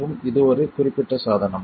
மற்றும் இது ஒரு குறிப்பிட்ட சாதனம்